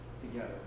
together